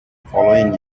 following